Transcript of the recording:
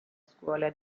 scuola